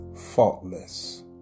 faultless